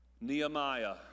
Nehemiah